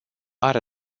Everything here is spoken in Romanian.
are